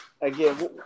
again